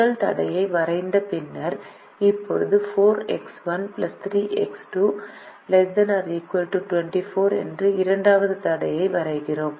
முதல் தடையை வரைந்த பின்னர் இப்போது 4X1 3X2 ≤ 24 என்ற இரண்டாவது தடையை வரைகிறோம்